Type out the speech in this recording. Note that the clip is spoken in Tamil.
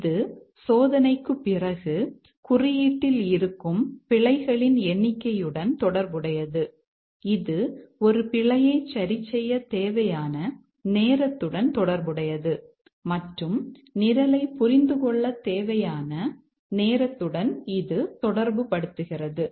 இது சோதனைக்குப் பிறகு குறியீட்டில் இருக்கும் பிழைகளின் எண்ணிக்கையுடன் தொடர்புடையது இது ஒரு பிழையைச் சரிசெய்யத் தேவையான நேரத்துடன் தொடர்புடையது மற்றும் நிரலைப் புரிந்துகொள்ளத் தேவையான நேரத்துடன் இது தொடர்புபடுத்துகிறது